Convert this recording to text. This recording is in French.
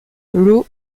l’eau